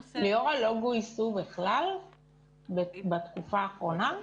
ליאורה, לא גויסו בכלל בתקופה האחרונה?